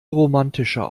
romantischer